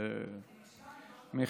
זה פוגע בהורים, למה לדחות?